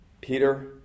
Peter